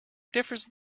differs